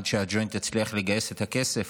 עד שהג'וינט יצליח לגייס את הכסף.